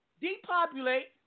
depopulate